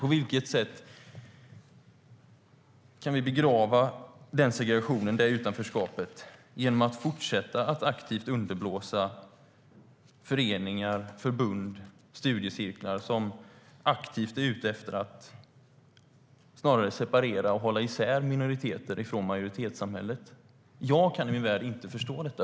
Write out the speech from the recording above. På vilket sätt kan vi begrava segregationen och utanförskapet genom att fortsätta att underblåsa föreningar, förbund och studiecirklar som är aktivt ute efter att separera och hålla isär minoriteter från majoritetssamhället? Jag kan i min värld inte förstå detta.